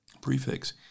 prefix